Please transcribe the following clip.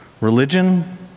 Religion